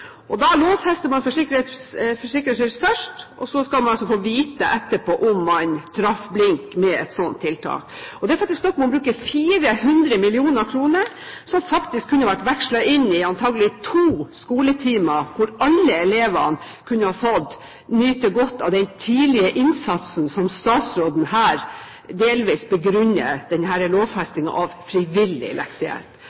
Da lovfester man for sikkerhets skyld først, og så skal man få vite etterpå om man traff blink med et slikt tiltak. Det er faktisk snakk om å bruke 400 mill. kr, som kunne vært vekslet inn i antakelig to skoletimer, og alle elevene kunne fått nyte godt av den tidlige innsatsen som statsråden her delvis begrunner